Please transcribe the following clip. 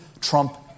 Trump